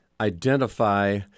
identify